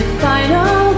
final